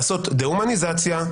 לעשות דה-הומניזציה,